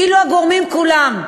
אילו הגורמים כולם,